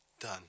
done